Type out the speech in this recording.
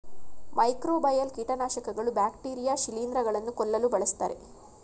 microbial ಕೀಟನಾಶಕಗಳು bacteria ಶಿಲಿಂದ್ರ ಗಳನ್ನು ಕೊಲ್ಲಲು ಬಳ್ಸತ್ತರೆ